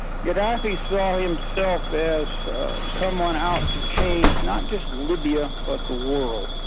gaddafi saw himself as someone out to change not just libya, but the world.